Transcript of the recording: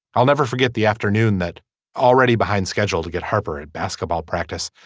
i'll never forget the afternoon that already behind schedule to get harper at basketball practice.